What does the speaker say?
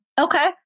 Okay